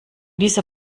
dieser